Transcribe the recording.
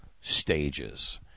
stages